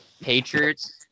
Patriots